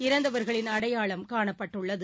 இறந்தவர்களின் அடையாளம் காணப்பட்டுள்ளது